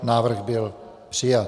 Návrh byl přijat.